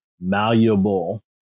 malleable